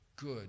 good